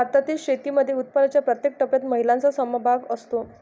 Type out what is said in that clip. भारतातील शेतीमध्ये उत्पादनाच्या प्रत्येक टप्प्यात महिलांचा सहभाग असतो